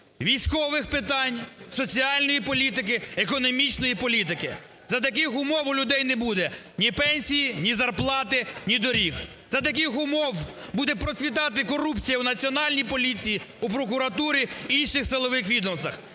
військових питань, соціальної політики, економічної політики. За таких умов у людей не буде ні пенсії, ні зарплати, ні доріг, за таких умов буде процвітати корупція у Національній поліції, у прокуратурі, інших силових відомствах,